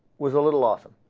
was a little off